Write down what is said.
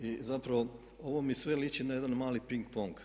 I zapravo ovo mi sve liči na jedan mali ping-pong.